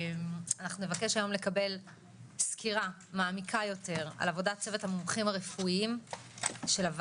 נבקש היום לקבל סקירה מעמיקה יותר על עבודת צוות